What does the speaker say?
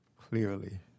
clearly